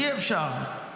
אי-אפשר,